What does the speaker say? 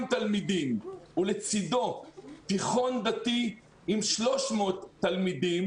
תלמידים ולצידו תיכון דתי עם 300 תלמידים,